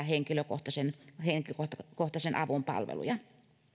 henkilökohtaisen henkilökohtaisen avun palveluja